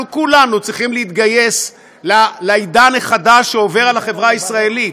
אנחנו כולנו צריכים להתגייס לעידן החדש שעובר על החברה הישראלית.